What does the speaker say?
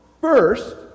First